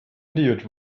idiot